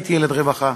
הייתי ילד רווחה,